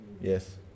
Yes